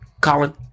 Colin